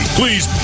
Please